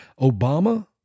Obama